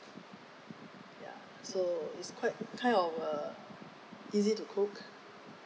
so it's quite kind of uh easy to cook